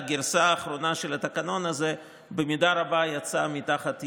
הגרסה האחרונה של התקנון הזה במידה רבה יצאה תחת ידיו.